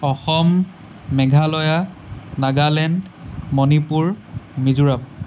Assam Meghalaya Nagaland Manipur Mizoram